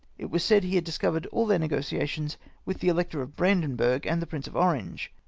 it was said he had discovered all their negotiations with the elector of brandenburg and the prince of orange.